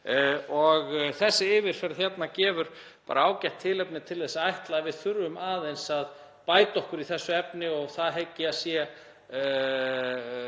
Þessi yfirferð hérna gefur bara ágætt tilefni til að ætla að við þurfum aðeins að bæta okkur í þessu efni og það hygg ég að